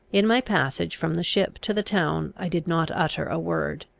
in my passage from the ship to the town i did not utter a word.